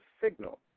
signal